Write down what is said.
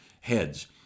heads